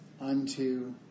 unto